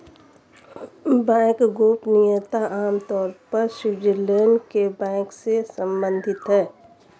bank गोपनीयता आम तौर पर स्विटज़रलैंड के बैंक से सम्बंधित है